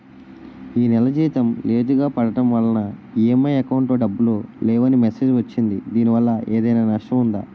ఈ నెల జీతం లేటుగా పడటం వల్ల ఇ.ఎం.ఐ అకౌంట్ లో డబ్బులు లేవని మెసేజ్ వచ్చిందిదీనివల్ల ఏదైనా నష్టం ఉందా?